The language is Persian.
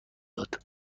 داد